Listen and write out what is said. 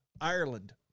Ireland